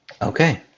Okay